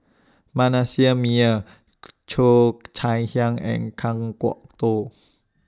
Manasseh Meyer Cheo Chai Hiang and Kan Kwok Toh